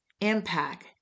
impact